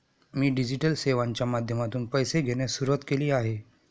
मी digital सेवांच्या माध्यमातून पैसे घेण्यास सुरुवात केली आहे